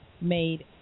made